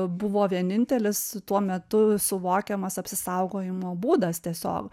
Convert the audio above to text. buvo vienintelis tuo metu suvokiamas apsisaugojimo būdas tiesiog